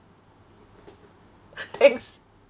thanks